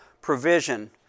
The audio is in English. provision